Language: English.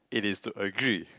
it is to agree